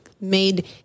made